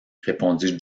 répondit